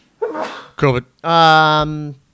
COVID